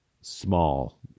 small